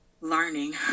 learning